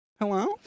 Hello